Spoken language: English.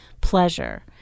pleasure